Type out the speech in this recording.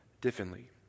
differently